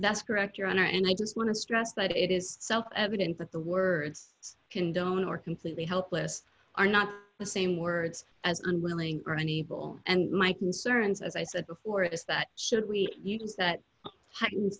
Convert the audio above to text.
that's correct your honor and i just want to stress that it is self evident that the words condone or completely helpless are not the same words as unwilling or unable and my concerns as i said before is that should we use that heighten